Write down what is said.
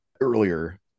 earlier